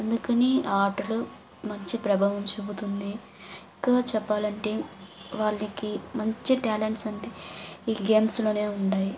అందుకని ఆటలు మంచి ప్రభావం చూపుతుంది ఇంకా చెప్పాలంటే వాళ్ళకి మంచి టాలెంట్స్ అంటే ఈ గేమ్స్ లోనే ఉండాయి